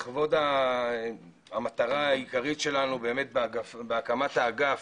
לכבוד המטרה העיקרית שלנו באמת בהקמת האגף,